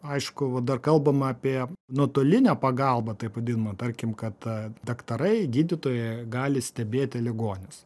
aiškuva dar kalbam apie nuotolinę pagalbą taip vadinamą tarkim kad daktarai gydytojai gali stebėti ligonius